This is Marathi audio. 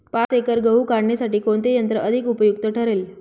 पाच एकर गहू काढणीसाठी कोणते यंत्र अधिक उपयुक्त ठरेल?